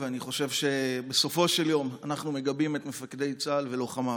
אני חושב שבסופו של יום אנחנו מגבים את מפקדי צה"ל ולוחמיו.